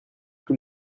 tous